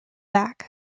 back